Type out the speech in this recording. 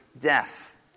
death